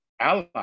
allies